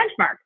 benchmark